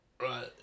Right